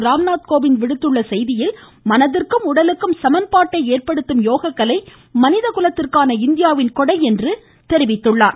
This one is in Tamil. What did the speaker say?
ராம்நாத் கோவிந்த் விடுத்துள்ள யோகா செய்தியில் மனதிற்கும் உடலுக்கும் சமன்பாட்டை ஏற்படுத்தும் யோகக்கலை மனித குலத்திற்கான இந்தியாவின் கொடை என்று தெரிவித்துள்ளார்